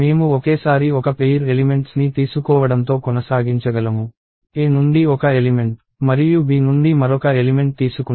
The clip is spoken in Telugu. మేము ఒకేసారి ఒక పెయిర్ ఎలిమెంట్స్ ని తీసుకోవడంతో కొనసాగించగలము A నుండి ఒక ఎలిమెంట్ మరియు B నుండి మరొక ఎలిమెంట్ తీసుకుంటాము